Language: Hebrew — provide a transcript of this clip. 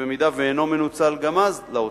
ואם אינו מנוצל גם אז, לאוצר.